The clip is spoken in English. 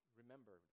Remember